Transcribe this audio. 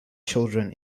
children